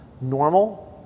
normal